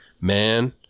Man